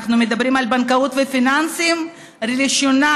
אנחנו מדברים על בנקאות ופיננסים: לראשונה